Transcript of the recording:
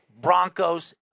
Broncos